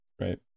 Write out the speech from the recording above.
right